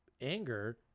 anger